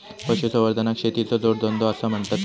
पशुसंवर्धनाक शेतीचो जोडधंदो आसा म्हणतत काय?